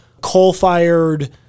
coal-fired